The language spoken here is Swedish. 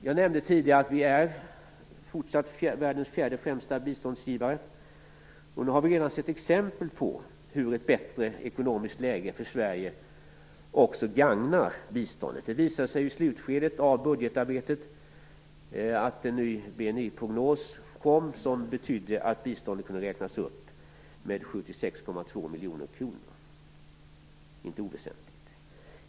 Jag nämnde tidigare att Sverige fortsatt är världens fjärde främsta biståndsgivare. Vi har redan sett exempel på hur ett bättre ekonomiskt läge för Sverige också gagnar biståndet. Det visade sig ju i slutskedet av budgetarbetet att den nya BNI-prognosen var sådan att biståndet kunde räknas upp med 76,2 miljoner kronor, och det är inte oväsentligt.